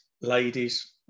ladies